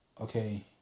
Okay